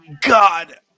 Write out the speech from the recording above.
god